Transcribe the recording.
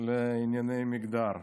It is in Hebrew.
לענייני מגדר.